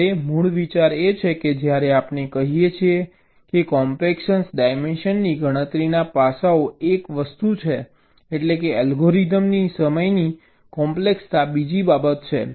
હવે મૂળ વિચાર એ છે કે જ્યારે આપણે કહીએ છીએ કે કોમ્પેક્શન ડાયમેન્શનની ગણતરીના પાસાઓ એક વસ્તુ છે એટલેકે અલ્ગોરિધમ ની સમયની કોમ્પ્લેક્સતા બીજી બાબત છે